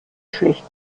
schlecht